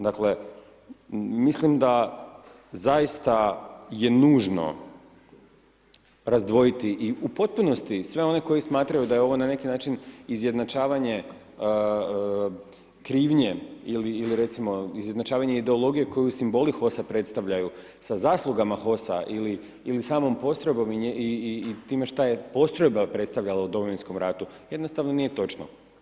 Dakle, mislim da zaista je nužno razdvojiti i u potpunosti sve one koji smatraju da je ovo na neki način izjednačavanje krivnje ili recimo izjednačavanje ideologije koju simboli HOS-a predstavljaju sa zaslugama HOS-a ili samom postrojbom i time što je postrojba predstavljala u Domovinskom ratu, jednostavno nije točno.